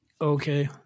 Okay